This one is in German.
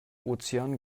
ozean